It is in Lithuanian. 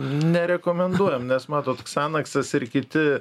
nerekomenduojam nes matot ksanaksas ir kiti